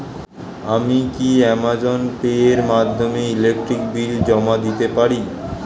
আমি কি Amazon pay এর মাধ্যমে ইলেকট্রিক বিল জমা দিতে পারি?